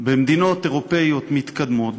במדינות אירופיות מתקדמות,